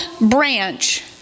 branch